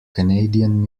canadian